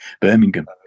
Birmingham